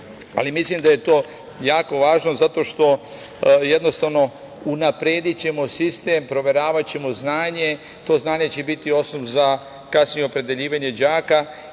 ali mislim da je to jako važno zato što ćemo jednostavno unaprediti sistem, proveravaćemo znanje i to znanje će biti osnov za kasnije opredeljivanje đaka.